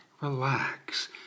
relax